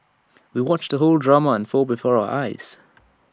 we watched the whole drama unfold before our eyes